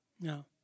No